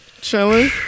Chilling